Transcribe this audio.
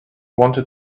wanted